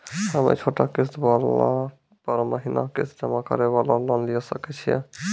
हम्मय छोटा किस्त वाला पर महीना किस्त जमा करे वाला लोन लिये सकय छियै?